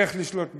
איך לשלוט בתקשורת.